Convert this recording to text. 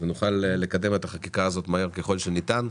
ונוכל לקדם את החקיקה הזאת מהר ככל שניתן,